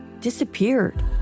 disappeared